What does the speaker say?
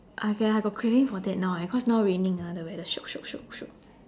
okay I got craving for that now eh cause now raining ah the weather shiok shiok shiok shiok